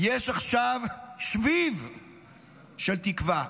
יש עכשיו שביב של תקווה,